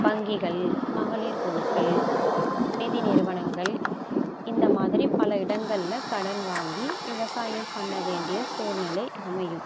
வங்கிகள் மகளிர் குழுக்கள் நிதி நிறுவனங்கள் இந்தமாதிரி பல இடங்கள் கடன் வாங்கி விவசாயம் பண்ணவேண்டிய சூழ்நிலை அமையும்